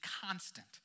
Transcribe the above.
constant